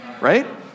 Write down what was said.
right